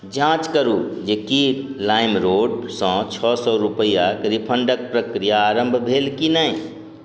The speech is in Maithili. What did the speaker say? जाँच करू जेकि लाइमरोडसँ छओ सओ रुपैआके रिफण्डके प्रक्रिया आरम्भ भेल कि नहि